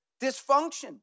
dysfunction